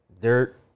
Dirt